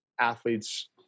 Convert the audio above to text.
athletes